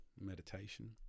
meditation